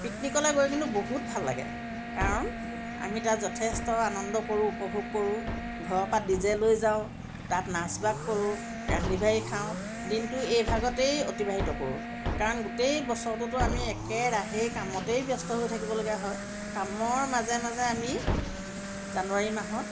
পিকনিকলৈ গৈ কিন্তু বহুত ভাল লাগে কাৰণ আমি তাত যথেষ্ট আনন্দ কৰোঁ উপভোগ কৰোঁ ঘৰৰপা ডি জে লৈ যাওঁ তাত নাচ বাগ কৰোঁ ৰান্ধি বাঢ়ি খাওঁ দিনটো এইভাগতেই অতিবাহিত কৰোঁ কাৰণ গোটেই বছৰটোতো আমি একেৰাহেই কামতেই ব্যস্ত হৈ থাকিবলগীয়া হয় কামৰ মাজে মাজে আমি জানুৱাৰী মাহত